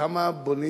כמה בונים